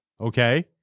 okay